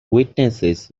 witnesses